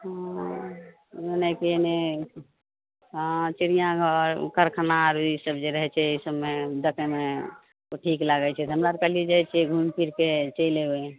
हँ माँनय छियै नहियेँ तऽ हँ चिड़ियाँघर करखना आर ई सब जे रहय छै अइ सबमे देखयमे तऽ ठीक लागय छै तऽ हमरा आर कहली जाइ छियै घुमि फिरिके चलि एबय